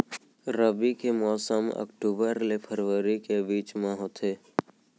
रबी के मौसम अक्टूबर ले फरवरी के बीच मा होथे